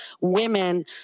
women